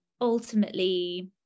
ultimately